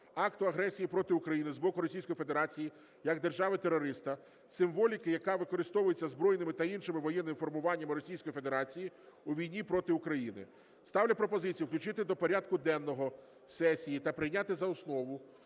акту агресії проти України з боку Російської Федерації як держави-терориста, символіки, яка використовується збройними та іншими воєнними формуваннями Російської Федерації у війні проти України. Ставлю пропозицію включити до порядку денного сесії та прийняти за основу